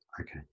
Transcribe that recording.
Okay